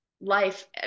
life